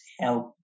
help